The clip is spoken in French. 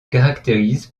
caractérise